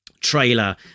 trailer